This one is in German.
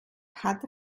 hatte